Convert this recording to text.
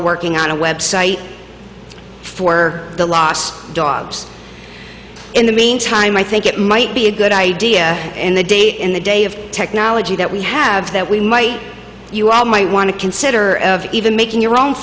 are working on a website for the lost dogs in the meantime i think it might be a good idea in the day in the day of technology that we have that we might you all might want to consider even making your own